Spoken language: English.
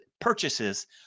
purchases